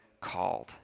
called